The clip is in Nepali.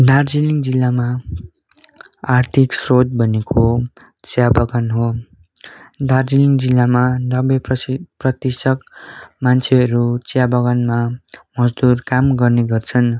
दार्जिलिङ जिल्लामा आर्थिक श्रोत भनेको चिया बगान हो दार्जिलिङ जिल्लामा नब्बे प्रसि प्रतिशत मान्छेहरू चिया बगानमा मजदुर काम गर्ने गर्छन्